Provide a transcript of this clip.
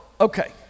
Okay